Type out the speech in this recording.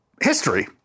history